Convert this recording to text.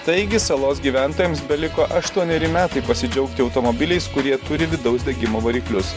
taigi salos gyventojams beliko aštuoneri metai pasidžiaugti automobiliais kurie turi vidaus degimo variklius